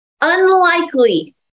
unlikely